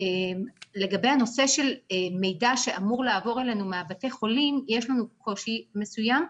לגבי הנושא של מידע שאמור לעבור אלינו מבתי החולים יש לנו קודשי מסוים.